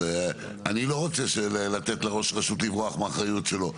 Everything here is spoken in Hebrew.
אני לא רוצה לתת לראש הרשות לברוח מהאחריות שלו.